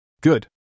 Good